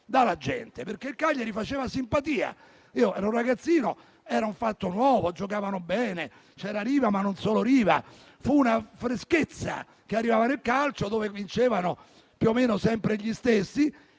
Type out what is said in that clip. dalla gente. Il Cagliari faceva simpatia. Io ero un ragazzino, era un fatto nuovo, giocavano bene, c'era Riva, ma non solo lui. Fu una freschezza che arrivava nel calcio, dove vincevano più o meno sempre gli stessi,